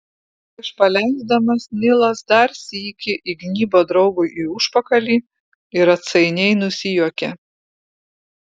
prieš paleisdamas nilas dar sykį įgnybo draugui į užpakalį ir atsainiai nusijuokė